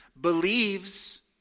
believes